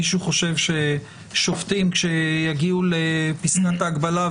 מישהו חושב שכששופטים יגיעו לפסקת ההגבלה,